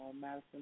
Madison